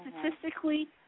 statistically